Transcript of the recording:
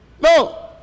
No